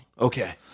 Okay